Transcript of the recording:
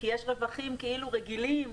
כי יש רווחים כאילו רגילים,